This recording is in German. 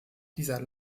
dieser